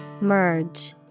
merge